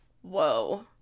Whoa